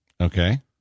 Okay